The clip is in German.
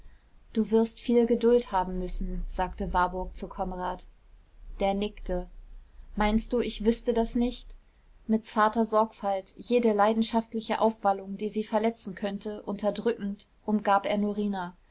du wirst viel geduld haben müssen sagte warburg zu konrad der nickte meinst du ich wüßte das nicht mit zarter sorgfalt jede leidenschaftliche aufwallung die sie verletzen könnte unterdrückend umgab er norina